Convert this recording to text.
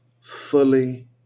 fully